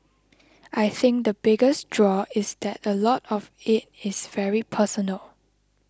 I think the biggest draw is that a lot of it is very personal